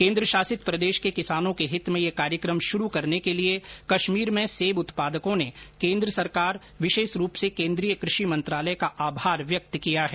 केन्द्र शासित प्रदेश के किसानों के हित में यह कार्यक्रम शुरू करने के लिए कश्मीर में सेब उत्पादकों ने केन्द्र सरकार विशेष रूप से केन्द्रीय कृषि मंत्रालय का आभार व्यक्त किया है